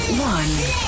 one